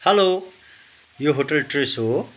hello यो hotel ट्रेस हो